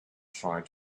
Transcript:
tried